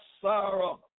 sorrow